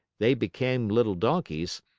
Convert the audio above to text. they became little donkeys,